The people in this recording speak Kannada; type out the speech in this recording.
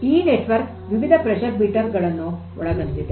ಈ ನೆಟ್ವರ್ಕ್ ವಿವಿಧ ಒತ್ತಡ ಮೀಟರ್ ಗಳನ್ನು ಒಳಗೊಂಡಿದೆ